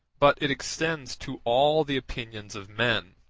but it extends to all the opinions of men,